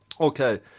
Okay